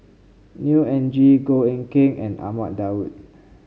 Neo Anngee Goh Eck Kheng and Ahmad Daud